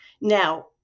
Now